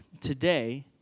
today